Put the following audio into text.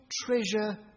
treasure